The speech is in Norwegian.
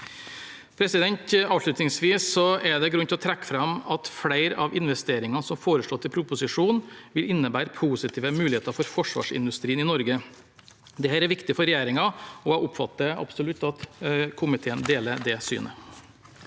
om dette. Avslutningsvis: Det er grunn til å trekke fram at flere av investeringene som er foreslått i proposisjonen, vil innebære positive muligheter for forsvarsindustrien i Norge. Dette er viktig for regjeringen, og jeg oppfatter absolutt at komiteen deler det synet.